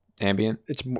Ambient